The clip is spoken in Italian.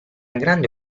grande